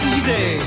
Easy